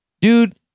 Dude